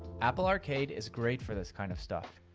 apple arcade is great for this kind of stuff.